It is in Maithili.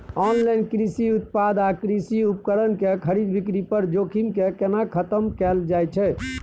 ऑनलाइन कृषि उत्पाद आ कृषि उपकरण के खरीद बिक्री पर जोखिम के केना खतम कैल जाए छै?